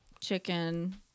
chicken